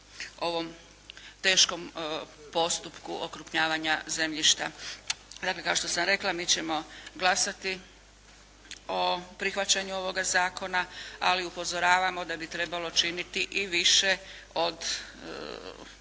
ovom teškom postupku okrupnjavanja zemljišta. Dakle, kao što sam rekla mi ćemo glasati o prihvaćanju ovoga zakona, ali upozoravamo da bi trebalo činiti i više od